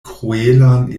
kruelan